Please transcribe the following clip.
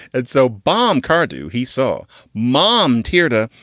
and so bob carr, do he saw mom teared ah